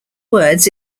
words